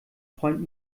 freund